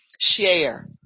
share